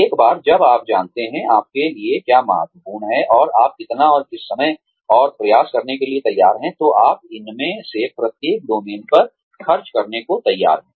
एक बार जब आप जानते हैं आपके लिए क्या महत्वपूर्ण है और आप कितना और किस समय और प्रयास के लिए तैयार हैं तो आप इनमें से प्रत्येक डोमेन पर खर्च करने को तैयार हैं